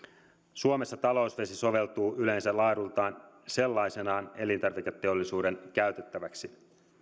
suomessa talousvesi soveltuu yleensä laadultaan sellaisenaan elintarviketeollisuuden käytettäväksi